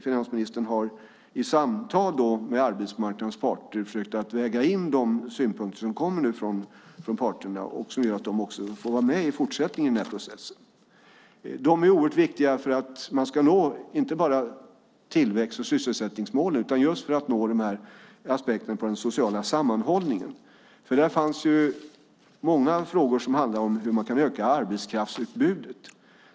finansministern i samtal med arbetsmarknadens parter har försökt väga in de synpunkter som kommer från parterna och gör att de får vara med i processen i fortsättningen. De är oerhört viktiga för att man ska nå inte bara tillväxt och sysselsättningsmålen utan också för att nå den aspekt som gäller den sociala sammanhållningen. Där fanns många frågor om hur man kan öka arbetskraftsutbudet.